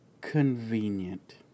convenient